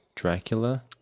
Dracula